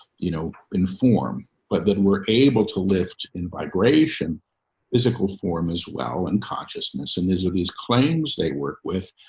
you know, inform. but then we're able to lift in. vibration is physical form as well and consciousness and these are these claims they work with.